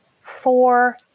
four